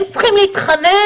הם צריכים להתחנן?